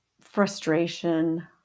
frustration